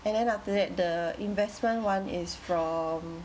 and then after that the investment one is from